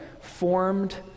formed